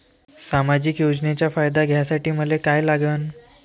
सामाजिक योजनेचा फायदा घ्यासाठी मले काय लागन?